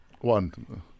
One